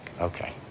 okay